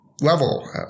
level